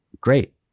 Great